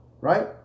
Right